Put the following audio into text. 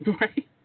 Right